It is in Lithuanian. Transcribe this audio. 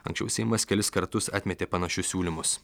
anksčiau seimas kelis kartus atmetė panašius siūlymus